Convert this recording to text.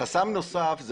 חסם נוסף זה